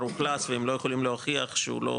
מאוכלס והם לא יכולים להוכיח שהוא לא